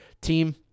team